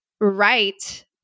right